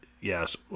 yes